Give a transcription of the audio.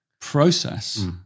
process